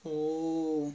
oo